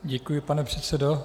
Děkuji, pane předsedo.